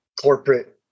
corporate